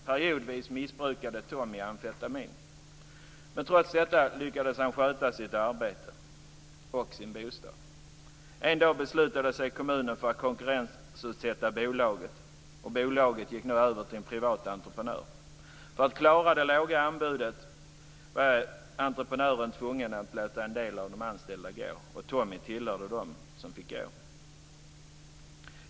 Periodvis missbrukade Tommy amfetamin, men trots detta lyckades han sköta sitt arbete och sin bostad. En dag beslutade sig kommunen för att konkurrensutsätta bolaget, och bolaget gick över till en privat entreprenör. För att klara det låga anbudet var entreprenören tvungen att låta en del av de anställda gå, och Tommy tillhörde dem som fick gå.